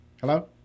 Hello